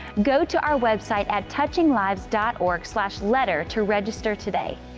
go to our website at touching lives dot org slash letter to register today.